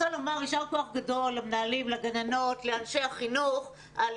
ישר כוח גדול למנהלים ולגננות ולאנשי החינוך על